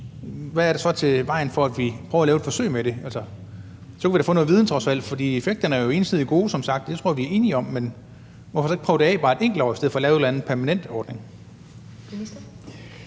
hvad er der så i vejen for, at vi prøver at lave et forsøg med det? Så kunne vi da trods alt få nogen viden, for effekterne er jo som sagt entydigt gode. Det tror jeg vi er enige om, så hvorfor ikke prøve det af bare et enkelt år i stedet for at lave en eller anden permanent ordning?